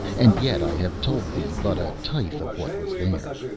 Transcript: and yet i have told thee but a tithe of what was there.